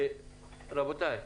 רבותיי,